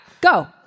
go